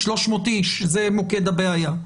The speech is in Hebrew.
300 אנשים הם מוקד הבעיה.